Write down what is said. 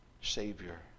Savior